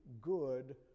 good